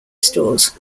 stores